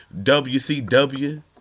WCW